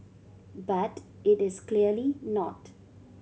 but it is clearly not